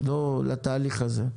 לתהליך הזה?